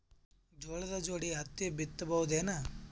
ಜೋಳದ ಜೋಡಿ ಹತ್ತಿ ಬಿತ್ತ ಬಹುದೇನು?